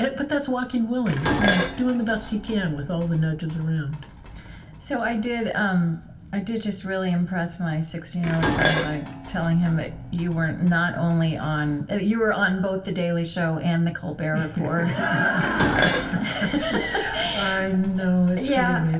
but that's walking willing doing the best you can with all the nudges around so i did um i did just really impress my sixteen year old son by telling him that you were not only on you were on both the daily show and the colbert report i know, it's